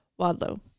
Wadlow